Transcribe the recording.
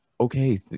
okay